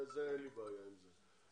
אין לי בעיה עם זה.